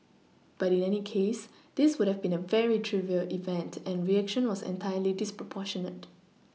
but in any case this would have been a very trivial event and reaction was entirely disproportionate